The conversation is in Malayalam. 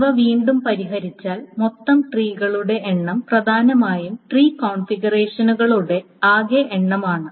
ഇവ രണ്ടും പരിഹരിച്ചാൽ മൊത്തം ട്രീകളുടെ എണ്ണം പ്രധാനമായും ട്രീ കോൺഫിഗറേഷനുകളുടെ ആകെ എണ്ണമാണ്